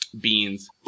Beans